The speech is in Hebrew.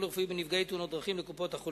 רפואי בנפגעי תאונות דרכים לקופות-החולים